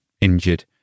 injured